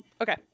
Okay